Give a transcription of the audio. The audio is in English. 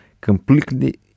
completely